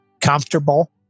comfortable